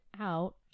out